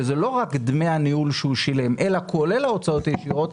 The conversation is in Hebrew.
שזה לא רק דמי הניהול שהוא שילם אלא כולל ההוצאות הישירות,